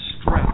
stress